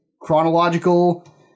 chronological